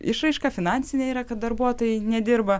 išraiška finansinė yra kad darbuotojai nedirba